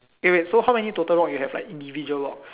eh wait so how many total rocks you have individual rocks